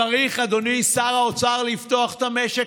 צריך, אדוני שר האוצר, לפתוח את המשק.